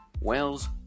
Wales